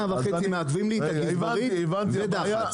וחצי מעכבים לי את ה --- הבנתי את הבעיה,